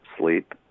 sleep